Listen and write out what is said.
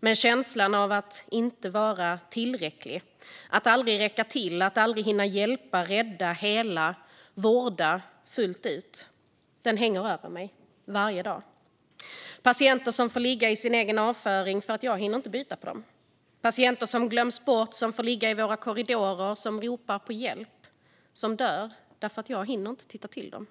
Men känslan av att inte vara tillräcklig, att aldrig räcka till, att aldrig hinna hjälpa, rädda, hela, vårda fullt ut, den hänger över mig varje dag. Patienter som får ligga i sin egen avföring för att jag inte hinner byta på dem. Patienter som glöms bort, som får ligga i våra korridorer, som ropar på hjälp, som dör därför att jag inte hinner titta till dem.